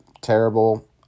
terrible